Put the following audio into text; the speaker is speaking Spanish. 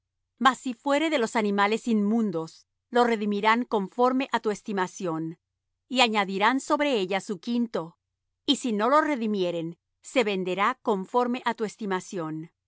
mas si fuere de los animales inmundos lo redimirán conforme á tu estimación y añadirán sobre ella su quinto y si no lo redimieren se venderá conforme á tu estimación